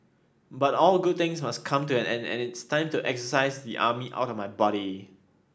but all good things must come to an end and it's time to exorcise the army outta my body